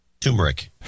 Turmeric